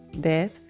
death